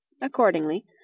Accordingly